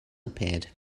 appeared